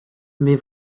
mais